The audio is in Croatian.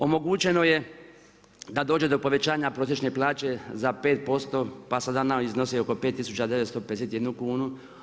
Omogućeno je da dođe do povećanja prosječne plaće za 5% pa sada ona iznosi oko 5 951 kunu.